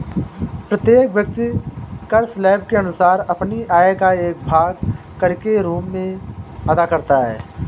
प्रत्येक व्यक्ति कर स्लैब के अनुसार अपनी आय का एक भाग कर के रूप में अदा करता है